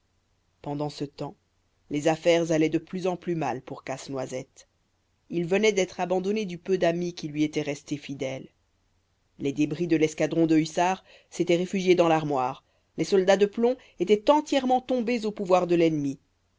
pendant ce temps les affaires allaient de plus mal en plus mal pour casse-noisette il venait d'être abandonné du peu d'amis qui lui étaient restés fidèles les débris de l'escadron de hussards s'étaient réfugiés dans l'armoire les soldats de plomb étaient entièrement tombés au pouvoir de l'ennemi